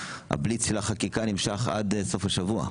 הבליץ של החקיקה נמשך עד סוף השבוע.